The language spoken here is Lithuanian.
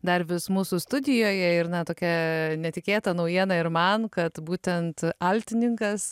dar vis mūsų studijoje ir na tokia netikėta naujiena ir man kad būtent altininkas